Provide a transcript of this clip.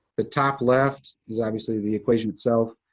the top left is obviously the equation itself.